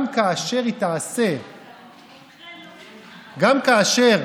גם כאשר